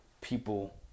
people